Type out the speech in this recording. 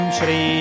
Shri